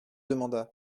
demanda